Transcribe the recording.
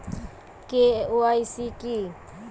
KYC কি?